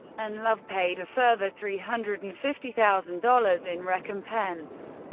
and love paid a further three hundred and fifty thousand dollars in recompense.